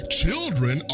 children